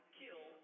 kill